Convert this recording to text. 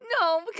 no